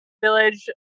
village